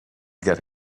get